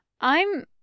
I'm